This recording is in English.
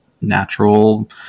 natural